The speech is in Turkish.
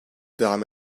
devam